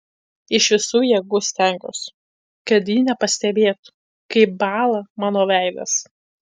iš visų jėgų stengiausi kad ji nepastebėtų kaip bąla mano veidas